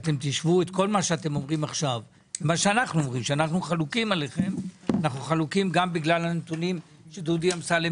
אנחנו חולקים עליכם גם בגלל הנתונים שדודי אמסלם